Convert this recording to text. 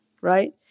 right